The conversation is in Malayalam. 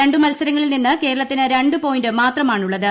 രണ്ടു മത്സരങ്ങളിൽ നിന്ന് കേരളത്തിന് രണ്ടു പോയിന്റ് മാത്രമാണുള്ളത്